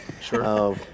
sure